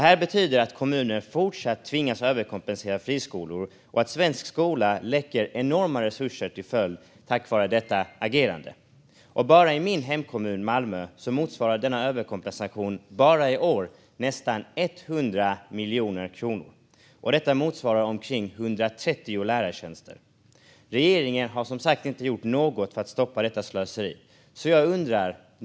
Det betyder att kommuner fortsatt tvingas överkompensera friskolor och att svensk skola läcker enorma resurser till följd av detta agerande. I min hemkommun Malmö kostar denna överkompensation bara i år nästan 100 miljoner kronor, vilket motsvarar omkring 130 lärartjänster. Regeringen har hittills inte gjort något för att stoppa detta slöseri.